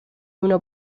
uno